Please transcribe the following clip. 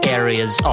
areas